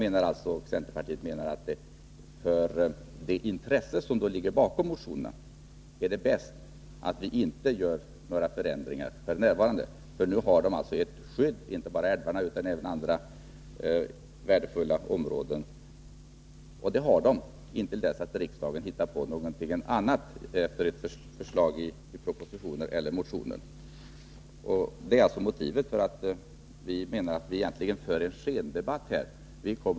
Centern anser att det för det intresse som ligger bakom motionerna är bäst att vi f. n. inte gör några förändringar. Nu har inte bara älvarna utan även andra värdefulla områden ett skydd, intill dess att riksdagen hittar på något nytt enligt förslag i proposition eller motioner. Vi anser därför att man här egentligen för en skendebatt.